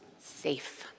safe